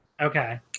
Okay